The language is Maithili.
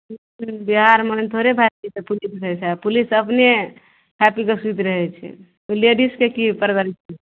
बिहारमे थोड़े भाय पुलिस रहय छै पुलिस अपने खा पीकऽ सुति रहय छै ओइ लेडीजके की पर